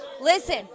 Listen